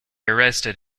arrested